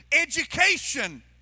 Education